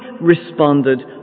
responded